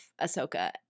Ahsoka